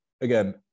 again